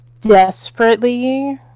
desperately